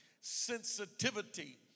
sensitivity